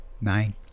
Nine